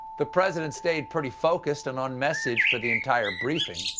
the president stayed pretty focused an on message for the entire briefing.